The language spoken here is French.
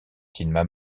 reptiles